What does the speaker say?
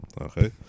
Okay